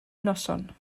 noson